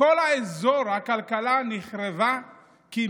הכלכלה נחרבה בכל האזור,